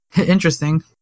interesting